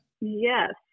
Yes